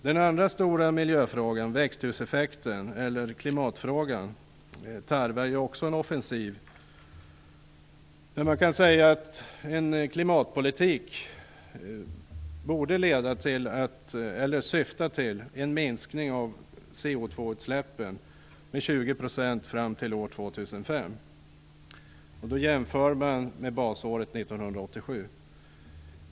Den andra stora miljöfrågan - växthuseffekten, eller klimatfrågan - tarvar också en offensiv. En klimatpolitik borde syfta till en minskning av koldioxidutsläppen med 20 % fram till år 2005. Då jämför man med basåret 1987.